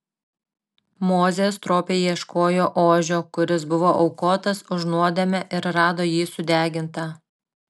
mozė stropiai ieškojo ožio kuris buvo aukotas už nuodėmę ir rado jį sudegintą